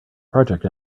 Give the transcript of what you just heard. project